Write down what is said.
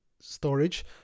storage